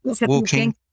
Walking